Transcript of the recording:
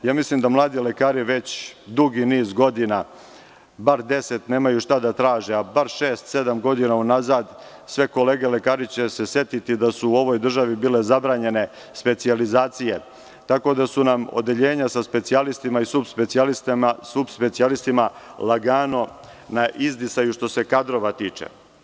Ja mislim da mladi lekari već dugi niz godina, bar 10, nemaju šta da traže, a bar šest-sedam godina unazad sve kolege lekari će se setiti da su u ovoj državi bile zabranjene specijalizacije, tako da su nam odeljenja sa specijalistima i subspecijalistima lagano na izdisaju, što se kadrova tiče.